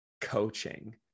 coaching